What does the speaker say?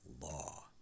law